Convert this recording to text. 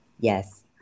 Yes